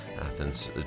Athens